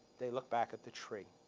they look back at the tree.